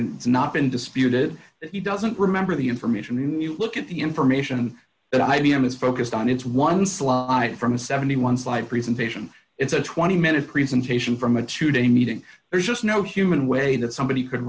it's not been disputed that he doesn't remember the information when you look at the information that i b m is focused on it's one slot in from seventy one slide presentation it's a twenty minute presentation from a two day meeting there's just no human way that somebody could